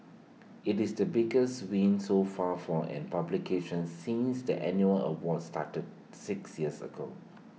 IT is the biggest win so far for an publication since the annual awards started six years ago